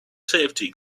safety